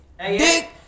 dick